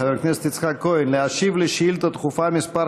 חבר הכנסת